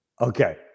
Okay